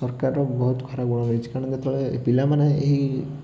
ସରକାରର ବହୁତ ଖରାପ ଗୁଣ ରହିଛି କାରଣ ଯେତେବେଳେ ପିଲାମାନେ ଏହି